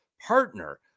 partner